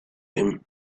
him